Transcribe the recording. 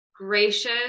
gracious